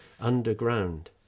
underground